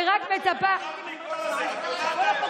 ואני בטוחה שבסוף,